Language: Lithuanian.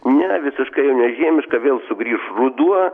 ne visiškai nežiemiška vėl sugrįš ruduo